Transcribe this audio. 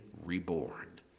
reborn